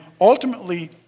ultimately